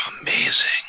amazing